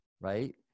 Right